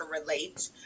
relate